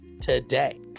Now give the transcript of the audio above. today